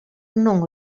non